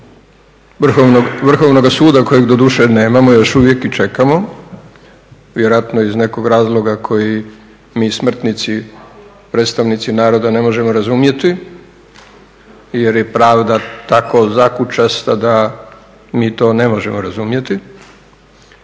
Vrhovnoga suda kojeg doduše nemamo i još uvijek čekamo, vjerojatno iz nekog razloga koje mi smrtnici, predstavnici naroda ne možemo razumjeti jer je pravda tako zakučasta da mi to ne možemo razumjeti